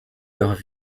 leur